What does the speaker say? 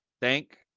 thank